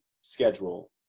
schedule